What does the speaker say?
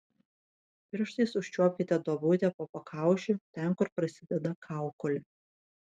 pirštais užčiuopkite duobutę po pakaušiu ten kur prasideda kaukolė